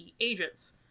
agents